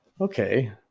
okay